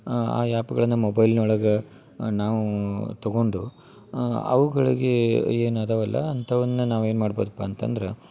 ಆ ಆ್ಯಪ್ಗಳನ್ನ ಮೊಬೈಲ್ನೊಳಗೆ ನಾವು ತಗೊಂಡು ಅವುಗಳಿಗೆ ಏನು ಅದವಲ್ಲ ಅಂಥವನ್ನ ನಾವು ಏನು ಮಾಡ್ಬೋದಪ್ಪ ಅಂತಂದ್ರ